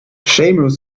seamus